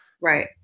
Right